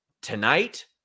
Tonight